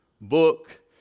book